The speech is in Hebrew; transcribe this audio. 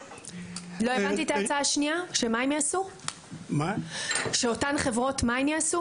לא הבנתי את ההצעה השנייה, שמה אותן חברות יעשו?